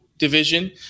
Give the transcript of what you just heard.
Division